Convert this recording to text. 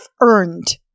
earned